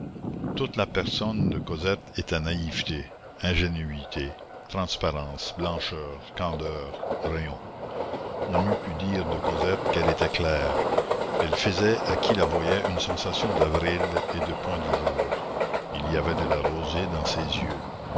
toute la personne de cosette était naïveté ingénuité transparence blancheur candeur rayon on eût pu dire de cosette qu'elle était claire elle faisait à qui la voyait une sensation d'avril et de point du jour il y avait de la rosée dans ses yeux